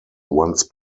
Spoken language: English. once